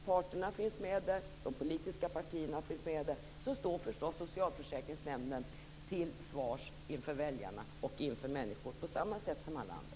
Parterna finns med, de politiska partierna finns med, och socialförsäkringsnämnderna står förstås till svars inför väljarna på samma sätt som alla andra.